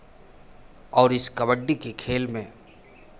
और इस कबड्डी के खेल में